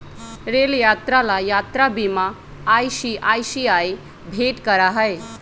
rail यात्रा ला यात्रा बीमा आई.सी.आई.सी.आई भेंट करा हई